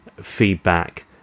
feedback